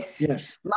Yes